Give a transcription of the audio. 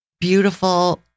beautiful